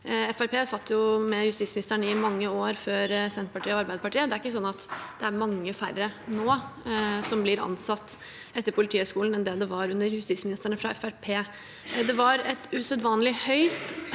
satt med justisministeren i mange år før Senterpartiet og Arbeiderpartiet. Det er ikke sånn at det er mange færre nå som blir ansatt etter Politihøgskolen, enn det var under justisministrene fra Fremskrittspartiet. Det var et usedvanlig høyt